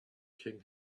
king